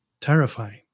terrifying